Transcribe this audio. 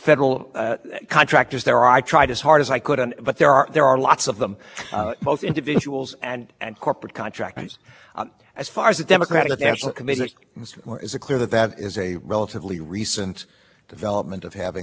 as far as the scandal in one nine hundred forty s concerned that scandal could happen today because and what happened today because instead of the owner of the business itself making the contributions the business owner would make the contributions that is exactly what this is allowed